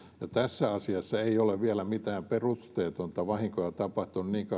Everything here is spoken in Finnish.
kun tässä asiassa ei ole vielä mitään peruuttamatonta vahinkoa tapahtunut niin kauan kuin